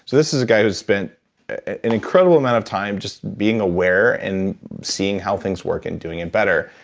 this is a guy who's spent an incredible amount of time just being aware and seeing how things work and doing it better.